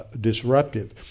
disruptive